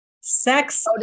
Sex